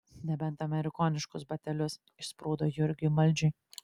nebent amerikoniškus batelius išsprūdo jurgiui maldžiui